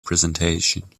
presentation